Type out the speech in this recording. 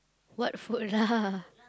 what food lah